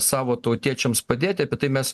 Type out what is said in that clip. savo tautiečiams padėti apie tai mes